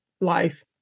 life